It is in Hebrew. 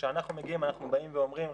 שכשאנחנו מגיעים אנחנו באים ואומרים,